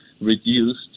reduced